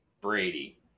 Brady